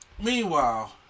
meanwhile